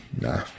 nah